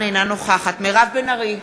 אינה נוכחת מירב בן ארי,